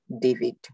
David